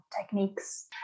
techniques